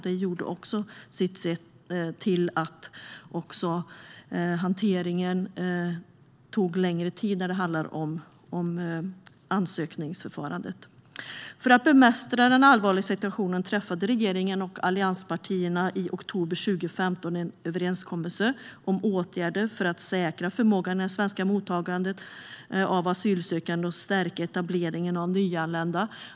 Det gjorde sitt till för att hanteringen av ansökningar tog längre tid. För att bemästra den allvarliga situationen träffade regeringen och allianspartierna i oktober 2015 en överenskommelse om åtgärder för att säkra förmågan i det svenska mottagandet av asylsökande och stärka etableringen av nyanlända.